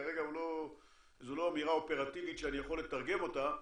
כרגע זו לא אמירה אופרטיבית שאני יכול לתרגם אותה,